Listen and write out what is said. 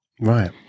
Right